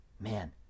man